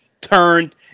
turned